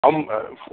आं बरें